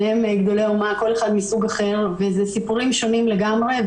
שניהם גדולי האומה וכל אחד מסוג אחר ואלה סיפורים שונים לגמרי.